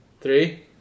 Three